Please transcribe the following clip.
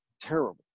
terrible